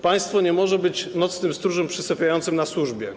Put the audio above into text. Państwo nie może być nocnym stróżem przysypiającym na służbie.